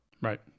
Right